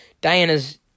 Diana's